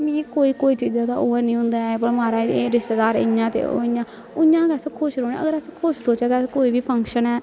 मिगी कोई कोई चीजै दा ओह् हैन्नी होंदा ऐ भला म्हाराज एह् रिश्तेदार इ'यां ते ओह् इ'यां उ'आं गै अस खुश रौह्ने अगर अस खुश रौह्चे ते अस कोई बी फंक्शन ऐ